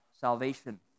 salvation